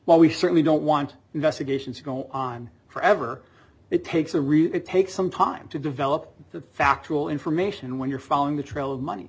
while we certainly don't want investigations going on forever it takes a real it takes some time to develop the factual information when you're following the trail of money